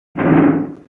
baltic